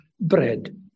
bread